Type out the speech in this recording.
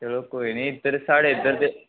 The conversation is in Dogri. चलो कोई निं इद्धर साढ़े इद्धर ते